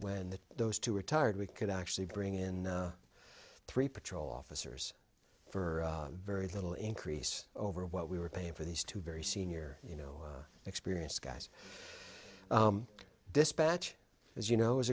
when those two retired we could actually bring in three patrol officers for very little increase over what we were paying for these two very senior you know experienced guys dispatch as you know is